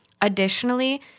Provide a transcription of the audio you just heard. Additionally